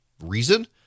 Reason